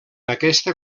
aquesta